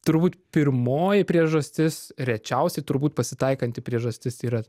turbūt pirmoji priežastis rečiausiai turbūt pasitaikanti priežastis yra